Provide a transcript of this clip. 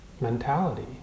mentality